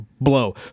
blow